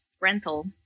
rental